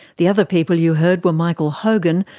the other people you heard were michael hogan,